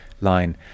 line